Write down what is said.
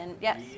Yes